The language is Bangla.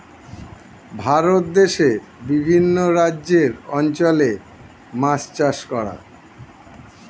ভারত দেশে বিভিন্ন রাজ্যের অঞ্চলে মাছ চাষ করা